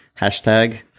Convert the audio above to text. hashtag